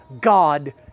God